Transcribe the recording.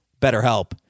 BetterHelp